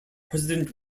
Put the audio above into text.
president